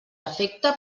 efecte